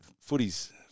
footy's